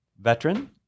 veteran